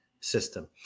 system